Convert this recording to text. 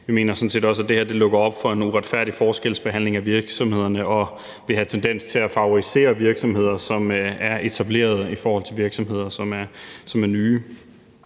set også, at det her lukker op for en uretfærdig forskelsbehandling af virksomhederne og vil have tendens til at favorisere virksomheder, som er etableret, i forhold til virksomheder, som er nye.